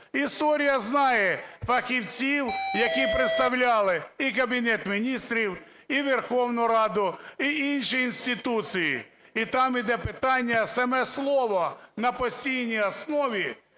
Історія знає фахівців, які представляли і Кабінет Міністрів, і Верховну Раду, і інші інституції. І там йде питання, саме слово "на постійній основі"